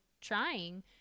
trying